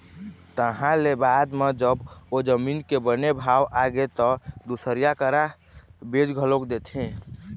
तहाँ ले बाद म जब ओ जमीन के बने भाव आगे त दुसरइया करा बेच घलोक देथे